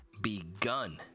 begun